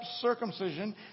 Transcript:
circumcision